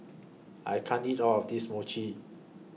I can't eat All of This Mochi